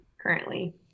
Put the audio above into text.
currently